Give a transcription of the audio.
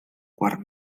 quart